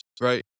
right